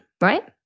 right